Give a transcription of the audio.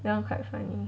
that [one] quite funny